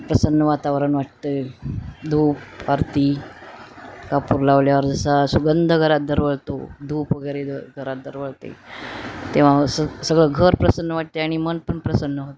प्रसन्न वातावरण वाटतं धूप आरती कापूर लावल्यावर जसा सुगंध घरात दरवळतो धूप वगैरे घरात दरवळते तेव्हां सगळं घर प्रसन्न वाटते आणि मन पण प्रसन्न होते